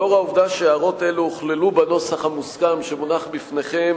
לאור העובדה שהערות אלו הוכללו בנוסח המוסכם שמונח בפניכם,